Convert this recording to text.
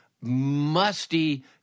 musty